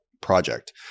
project